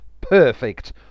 perfect